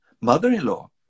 mother-in-law